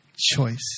choice